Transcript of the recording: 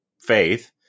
faith